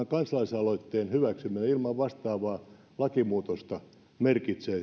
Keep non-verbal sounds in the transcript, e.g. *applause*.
*unintelligible* kansalaisaloitteen hyväksyminen ilman vastaavaa lakimuutosta merkitsee *unintelligible*